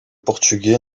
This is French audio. portugais